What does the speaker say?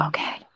Okay